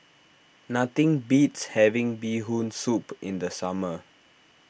nothing beats having Bee Hoon Soup in the summer